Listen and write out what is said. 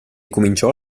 cominciò